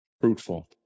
fruitful